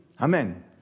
Amen